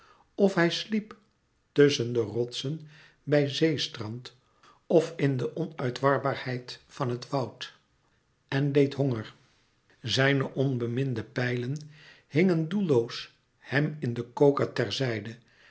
of hij sliep tusschen de rotsen bij zeestrand of in de onuitwarbaarheid van het woud en leed honger zijne onbeminde pijlen hingen doelloos hem in den koker